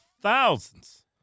thousands